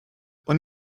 und